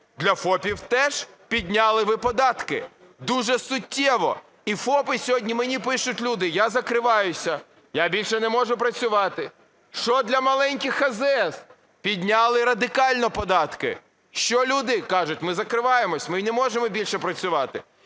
Для ФОПів теж підняли ви податки, дуже суттєво. І ФОПи, сьогодні мені пишуть люди: я закриваюся, я більше не можу працювати. Що для маленьких АЗС? Підняли радикально податки. Що люди кажуть: ми закриваємося, ми не можемо більше працювати.